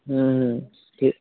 ᱦᱮᱸ ᱦᱮᱸ ᱴᱷᱤᱠ